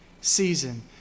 season